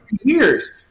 years